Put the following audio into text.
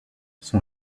son